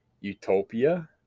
utopia